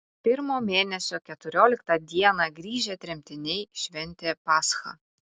pirmo mėnesio keturioliktą dieną grįžę tremtiniai šventė paschą